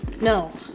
No